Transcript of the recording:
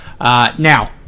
Now